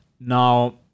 Now